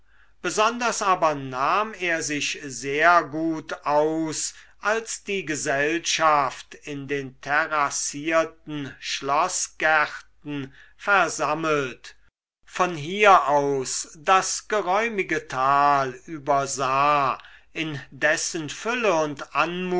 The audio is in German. besonders aber nahm er sich sehr gut aus als die gesellschaft in den terrassierten schloßgärten versammelt von hier aus das geräumige tal übersah in dessen fülle und